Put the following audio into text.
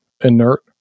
inert